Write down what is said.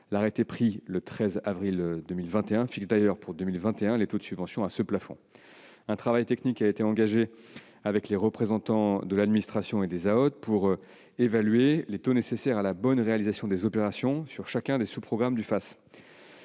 L'arrêté pris le 13 avril 2021 fixe d'ailleurs pour 2021 les taux de subvention à ce plafond. Un travail technique a été engagé avec les représentants de l'administration et des AODE pour évaluer les taux nécessaires à la bonne réalisation des opérations sur chacun des sous-programmes du FACÉ.